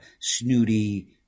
snooty